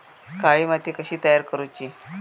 काळी माती कशी तयार करूची?